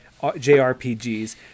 JRPGs